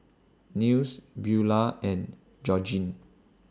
Nils Beula and Georgene